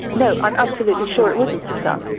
no, i'm absolutely sure it wouldn't have done.